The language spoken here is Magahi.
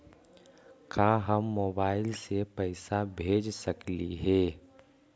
का हम मोबाईल से पैसा भेज सकली हे?